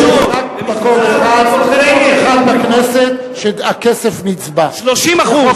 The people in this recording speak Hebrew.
יש רק מקום אחד שהכסף נצבע בכנסת.